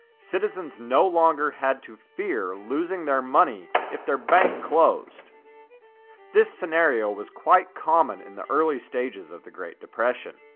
citizens no longer had to fear losing their money if their bank closed this scenario was quite common in the early stages of the depression.